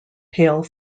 pale